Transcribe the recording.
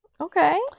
Okay